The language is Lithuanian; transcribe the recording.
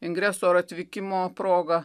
ingreso ar atvykimo proga